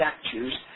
statues